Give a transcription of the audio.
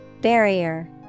Barrier